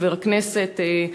חבר הכנסת,